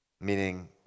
meaning